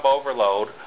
overload